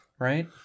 right